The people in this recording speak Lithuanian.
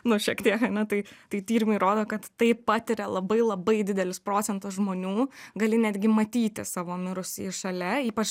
nu šiek tiek ane tai tai tyrimai rodo kad tai patiria labai labai didelis procentas žmonių gali netgi matyti savo mirusįjį šalia ypač